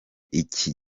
iki